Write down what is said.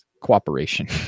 cooperation